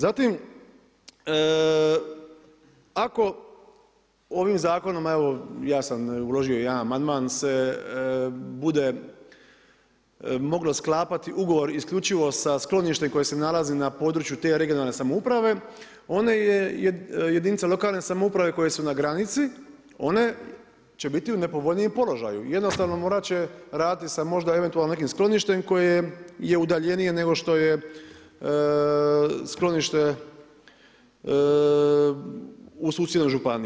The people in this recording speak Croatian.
Zatim ako ovim zakonom, evo ja sam uložio jedan amandman, se bude moglo sklapati ugovor isključivo sa skloništem koje se nalazi na području te regionalne samouprave, onda jedinice lokalne samouprave koje su na granici, one će biti u nepovoljnijem položaju, jednostavno morat će raditi sa možda eventualno nekim skloništem koje je udaljenije nego što je sklonište u susjednoj županiji.